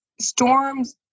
storms